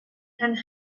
and